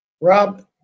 Rob